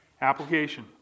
Application